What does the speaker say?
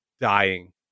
dying